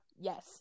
yes